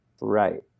right